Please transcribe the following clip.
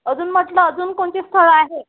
अजून म्हटलं अजून कोणती स्थळं आहेत